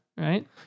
Right